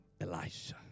Elisha